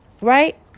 Right